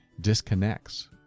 disconnects